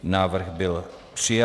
Návrh byl přijat.